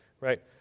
Right